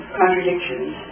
contradictions